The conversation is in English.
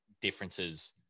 differences